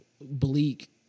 bleak